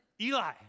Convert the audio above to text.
Eli